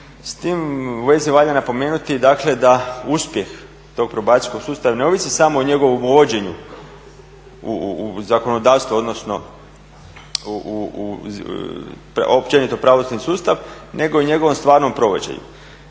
S tim u vezi valja napomenuti, dakle da uspjeh tog probacijskog sustava ne ovisi samo o njegovom uvođenju u zakonodavstvo, odnosno općenito u pravosudni sustav nego i njegovom stvarnom provođenju.